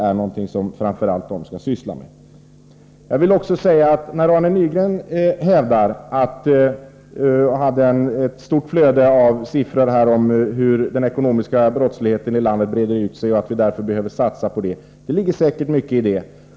Arne Nygren lät siffrorna flöda om hur den ekonomiska brottsligheten i landet breder ut sig och hävdade att vi därför behöver satsa på att angripa det slaget av brottslighet. Det ligger säkert mycket i detta.